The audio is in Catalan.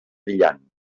brillant